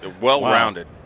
well-rounded